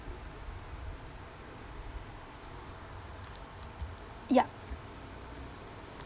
yup